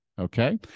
Okay